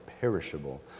perishable